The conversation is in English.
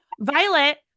Violet